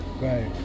Right